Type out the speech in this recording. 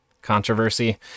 controversy